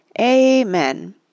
Amen